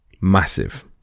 Massive